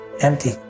empty